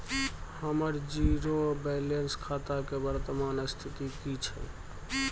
हमर zero balance खाता के वर्तमान स्थिति की छै?